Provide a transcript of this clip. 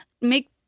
make